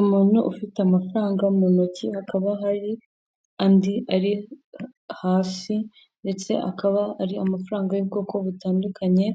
Umuntu ufite amafaranga mu ntoki, hakaba hari andi ari hasi ndetse akaba ari amafaranga y'ubwoko butandukanye,